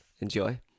enjoy